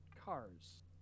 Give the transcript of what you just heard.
cars